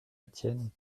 étienne